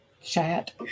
chat